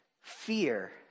fear